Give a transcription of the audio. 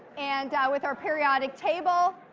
and with our periodic table,